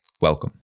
Welcome